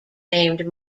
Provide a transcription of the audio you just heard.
named